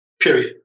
period